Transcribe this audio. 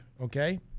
okay